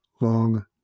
long